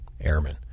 airmen